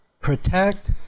protect